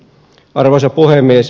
arvoisa puhemies